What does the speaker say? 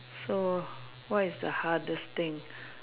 so what is the hardest thing